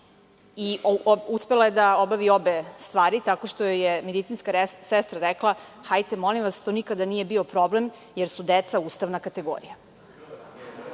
Uspela je da obavi obe stvari tako što joj je medicinska sestra rekla – hajte molim vas, to nikada nije bio problem jer su deca ustavna kategorija.